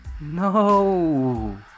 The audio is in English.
No